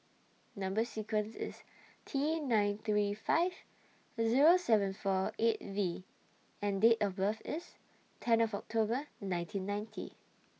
Number sequence IS T nine three five Zero seven four eight V and Date of birth IS ten of October nineteen ninety